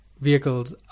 vehicles